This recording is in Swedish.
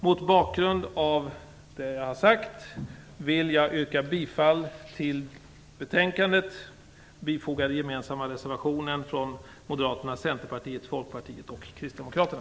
Mot bakgrund av det anförda vill jag yrka bifall till den till betänkandet bifogade gemensamma reservationen från Moderaterna,